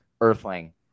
Earthling